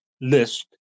list